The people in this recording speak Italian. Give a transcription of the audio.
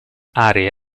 aree